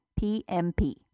PMP